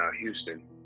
Houston